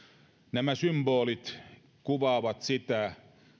nämä symbolit kuvaavat sitä